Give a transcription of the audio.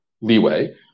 leeway